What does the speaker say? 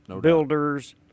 builders